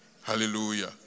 Hallelujah